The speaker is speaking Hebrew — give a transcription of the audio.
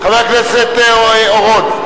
חבר הכנסת אורון?